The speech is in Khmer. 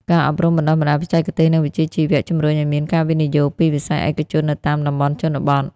ការអប់រំបណ្ដុះបណ្ដាលបច្ចេកទេស និងវិជ្ជាជីវៈ ជំរុញឱ្យមានការវិនិយោគពីវិស័យឯកជននៅតាមតំបន់ជនបទ។